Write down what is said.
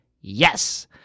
yes